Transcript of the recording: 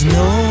no